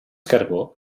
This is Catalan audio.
carbó